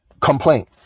complaint